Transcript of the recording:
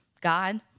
God